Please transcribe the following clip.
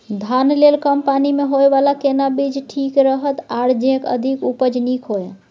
धान लेल कम पानी मे होयबला केना बीज ठीक रहत आर जे अधिक उपज नीक होय?